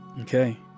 okay